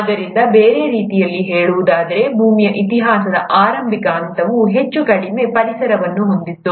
ಆದ್ದರಿಂದ ಬೇರೆ ರೀತಿಯಲ್ಲಿ ಹೇಳುವುದಾದರೆ ಭೂಮಿಯ ಇತಿಹಾಸದ ಆರಂಭಿಕ ಹಂತವು ಹೆಚ್ಚು ಕಡಿಮೆ ಪರಿಸರವನ್ನು ಹೊಂದಿತ್ತು